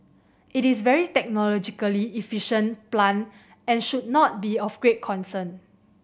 it is very technologically efficient plant and should not be of great concern